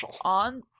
on